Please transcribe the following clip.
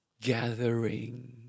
gathering